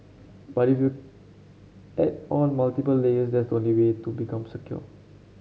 but if you add on multiple layers that's the only way to become secure